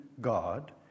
God